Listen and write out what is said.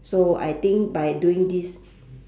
so I think by doing this